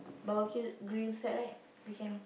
barbeque grill set right we can